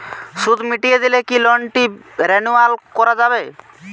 সুদ মিটিয়ে দিলে কি লোনটি রেনুয়াল করাযাবে?